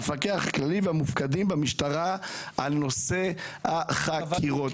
המפקח הכללי והמופקדים במשטרה על נושא החקירות.